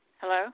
Hello